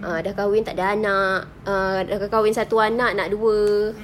ah sudah kahwin tak ada anak err sudah kahwin satu anak nak dua